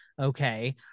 okay